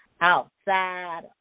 outside